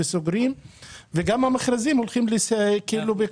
גם המכרזים מצטמצמים,